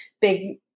big